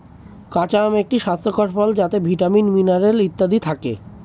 কাঁচা আম একটি স্বাস্থ্যকর ফল যাতে ভিটামিন, মিনারেল ইত্যাদি থাকে